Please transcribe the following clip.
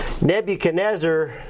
Nebuchadnezzar